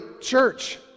church